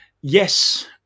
yes